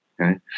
okay